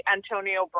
Antonio